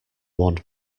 one